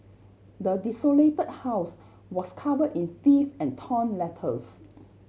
the desolate house was cover in filth and torn letters